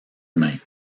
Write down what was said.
humains